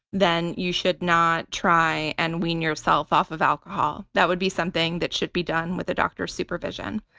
then you should not try and wean yourself off of alcohol. that would be something that should be done with a doctor's supervision.